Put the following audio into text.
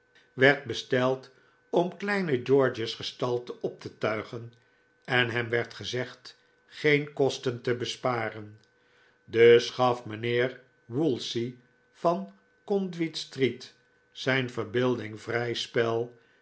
werd besteld om kleine george's gestalte op te tuigen en hem werd gezegd geen kosten te sparen dus gaf mijnheer woolsey van conduit street zijn verbeelding vrij spel